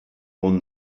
won